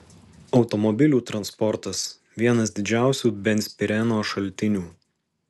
automobilių transportas vienas didžiausių benzpireno šaltinių